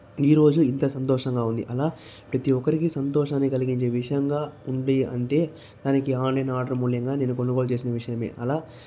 ఈరోజు ఇంత సంతోషంగా ఉంది అలా ప్రతి ఒక్కరికి సంతోషాన్ని కలిగించే విషయంగా ఉండి అంటే దానికి ఆన్లైన్ ఆర్డర్ మూల్యంగా నేను కొనుగోలు చేసిన విషయమే అలా